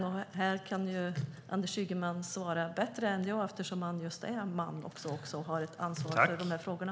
Det här kan Anders Ygeman svara på bättre än jag eftersom han är just man och har ett ansvar för de här frågorna.